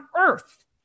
earth